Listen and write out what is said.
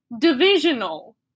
divisional